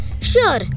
sure